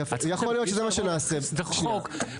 אי אפשר לעשות חוק,